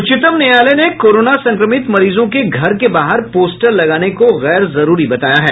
उच्चतम न्यायालय ने कोरोना संक्रमित मरीजों के घर के बाहर पोस्टर लगाने को गैर जरूरी बताया है